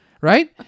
right